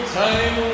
time